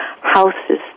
houses